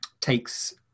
takes